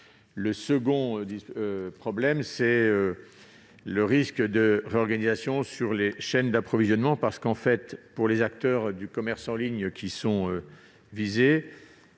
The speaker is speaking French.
Le second concerne le risque de réorganisation sur les chaînes d'approvisionnement, car, pour les acteurs du commerce en ligne qui sont visés,